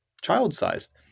child-sized